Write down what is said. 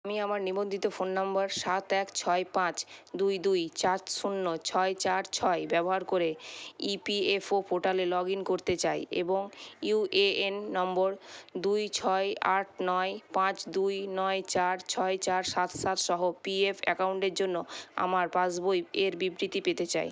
আমি আমার নিবন্ধিত ফোন নম্বর সাত এক ছয় পাঁচ দুই দুই চার শূন্য ছয় চার ছয় ব্যবহার করে ইপিএফও পোর্টালে লগ ইন করতে চাই এবং ইউএএন নম্বর দুই ছয় আট নয় পাঁচ দুই নয় চার ছয় চার সাত সাতসহ পিএফ অ্যাকাউন্টের জন্য আমার পাসবই এর বিবৃতি পেতে চাই